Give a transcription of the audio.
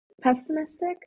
Pessimistic